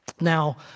Now